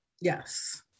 yes